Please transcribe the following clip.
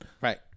Right